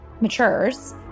matures